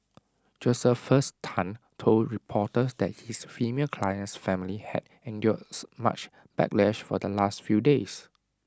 Josephus Tan told reporters that his female client's family had endured much backlash for the last few days